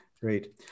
Great